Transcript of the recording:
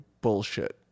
bullshit